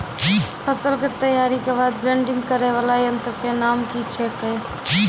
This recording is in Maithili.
फसल के तैयारी के बाद ग्रेडिंग करै वाला यंत्र के नाम की छेकै?